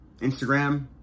Instagram